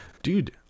Dude